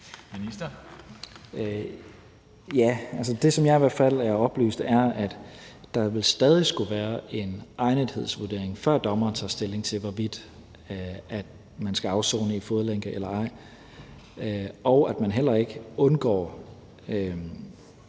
(Mattias Tesfaye): Det, som jeg i hvert fald er blevet oplyst, er, at der stadig vil skulle være en egnethedsvurdering, før dommeren tager stilling til, hvorvidt man skal afsone i fodlænke eller ej, og at man heller ikke undgår